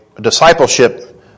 discipleship